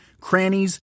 crannies